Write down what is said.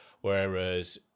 whereas